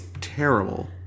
terrible